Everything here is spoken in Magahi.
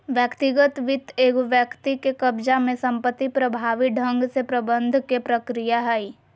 व्यक्तिगत वित्त एगो व्यक्ति के कब्ज़ा में संपत्ति प्रभावी ढंग से प्रबंधन के प्रक्रिया हइ